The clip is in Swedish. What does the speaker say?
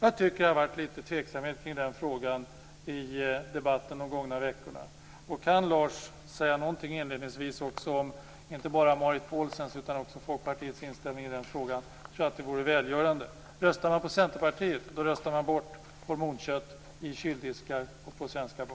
Jag tycker att det har varit lite tveksamhet kring den frågan i debatten under de gångna veckorna. Om Lars också inledningsvis kan säga någonting inte bara om Marit Paulsens utan också om Folkpartiets inställning i den frågan tror jag att det vore välgörande. Röstar man på Centerpartiet röstar man bort hormonkött i kyldiskar och på svenska bord.